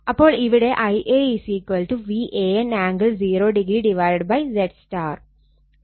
അപ്പോൾ ഇവിടെ Ia Van angle 0o ZY